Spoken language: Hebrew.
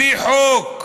בלי חוק,